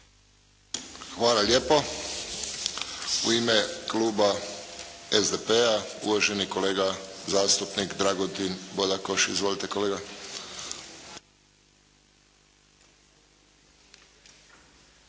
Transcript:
Hvala lijepo. U ime kluba SDP-a, uvaženi kolega zastupnik Dragutin Bodakoš. Izvolite kolega.